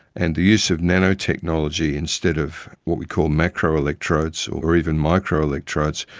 and the use of nanotechnology instead of what we called macroelectrodes or even microelectrodes,